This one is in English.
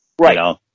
Right